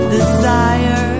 desire